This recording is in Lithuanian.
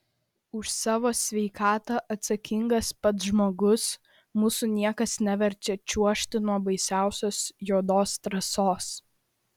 už savo sveikatą atsakingas pats žmogus mūsų niekas neverčia čiuožti nuo baisiausios juodos trasos